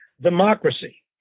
democracy